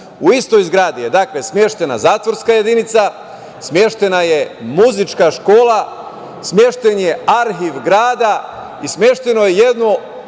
U istoj zgradi je smeštena zatvorska jedinica, smeštena je muzička škola, smešten je arhiv grada i smešteno je jedno